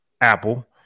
Apple